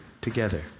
together